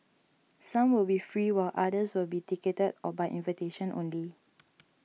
some will be free while others will be ticketed or by invitation only